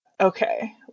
Okay